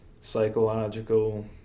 psychological